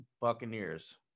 Buccaneers